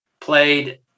Played